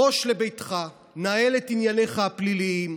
פרוש לביתך, נהל את ענייניך הפליליים.